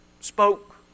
spoke